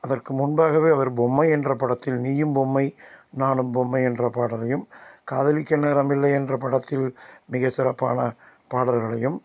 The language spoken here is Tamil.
அதற்கு முன்பாகவே அவர் பொம்மை என்ற படத்தில் நீயும் பொம்மை நானும் பொம்மை என்ற பாடலையும் காதலிக்க நேரமில்லை என்ற படத்தில் மிகச்சிறப்பான பாடல்களையும்